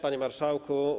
Panie Marszałku!